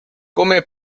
come